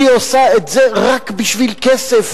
היא עושה את זה רק בשביל כסף,